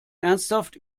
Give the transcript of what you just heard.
ernsthaft